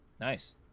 Nice